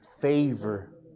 Favor